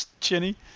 Chinny